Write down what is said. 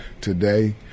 today